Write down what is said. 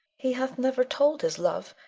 he hath never told his love,